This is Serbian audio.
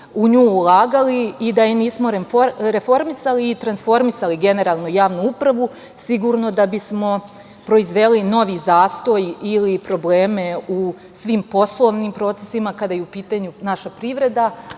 u nju ulagali i da je nismo reformisali i transformisali generalno javnu upravu, sigurno da bismo proizveli novi zastoj ili probleme u svim poslovnim procesima kada je u pitanju naša privreda,